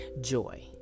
Joy